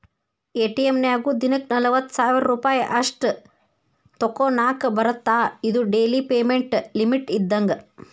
ATM ನ್ಯಾಗು ದಿನಕ್ಕ ನಲವತ್ತ ಸಾವಿರ್ ರೂಪಾಯಿ ಅಷ್ಟ ತೋಕೋನಾಕಾ ಬರತ್ತಾ ಇದು ಡೆಲಿ ಪೇಮೆಂಟ್ ಲಿಮಿಟ್ ಇದ್ದಂಗ